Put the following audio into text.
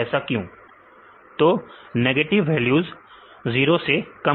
विद्यार्थी नेगेटिव जी हां नेगेटिव वैल्यूज 0 से कम होती हैं